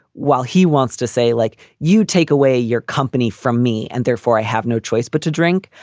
while he wants to say, like, you take away your company from me and therefore i have no choice but to drink,